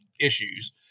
issues